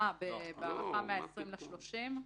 אה, בהארכה מ-20 ל-30?